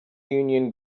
union